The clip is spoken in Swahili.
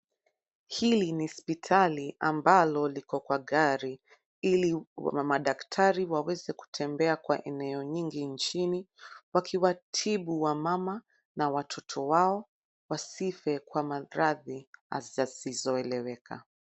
Hili ni hospitali ambalo liko kwa gari ili madaktari waweze kutembea kwa eneo nyingi nchini, wakiwatibu wamama na watoto wao wasife kwa maradhi hasa zisizoeleweka.